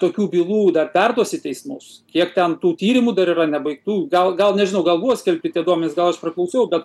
tokių bylų dar perduos į teismus kiek ten tų tyrimų dar yra nebaigtų gal gal nežinau gal buvo skelbti tie duomenys gal aš priklausau bet